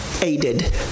aided